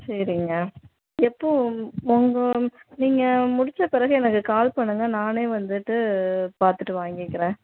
சரிங்க எப்போது உங் உங்க நீங்கள் முடித்த பிறகு எனக்கு கால் பண்ணுங்க நானே வந்துட்டு பார்த்துட்டு வாங்கிக்கிறேன்